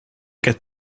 get